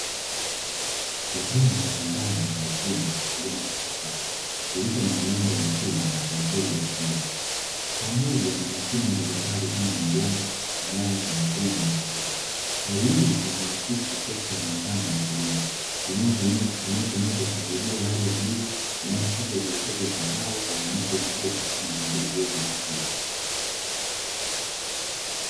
Sehemu ya ndani ya chumba cha kilimo cha kisasa kilicho na muundo wa chuma na penseli za kioo. Pamoja na mashine mbalimbali kama mabomba, nyaya na mifumo ya umwagiliaji. Hali hii inaakisi sekta ya mitambo na kilimo inayotumia teknolojia ya hali ya juu, inayohakikisha uzalishaji wa mazao kwa ufanisi mkubwa katika mazingira yaliyothibitiwa.